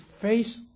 face